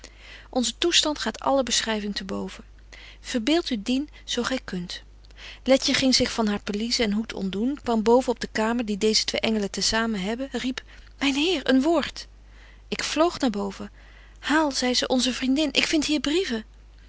onze toestand gaat alle beschryving te boven verbeeldt u dien zo gy kunt letje ging zich van haar pelise en hoed ontdoen kwam boven op de kamer die deeze twee engelen te samen hebben riep myn heer een woord ik vloog naar boven haal zei ze onze vriendin ik vind hier brieven